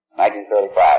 1935